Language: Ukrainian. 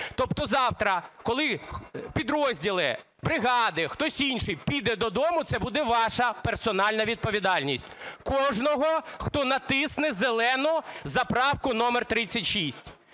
Тобто завтра, коли підрозділи, бригади, хтось інший піде додому, це буде ваша персональна відповідальність. Кожного, хто натисне зелену за правку номер 36.